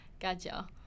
Gotcha